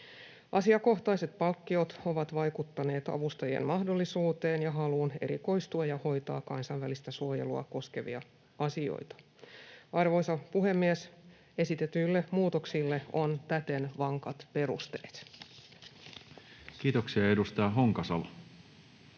Asiakohtaiset palkkiot ovat vaikuttaneet avustajien mahdollisuuteen ja haluun erikoistua ja hoitaa kansainvälistä suojelua koskevia asioita. Arvoisa puhemies, esitetyille muutoksille on täten vankat perusteet. [Speech 133] Speaker: